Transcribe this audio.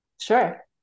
Sure